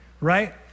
Right